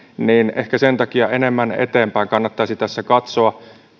niin ehkä sen takia enemmän eteenpäin kannattaisi tässä katsoa